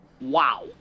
wow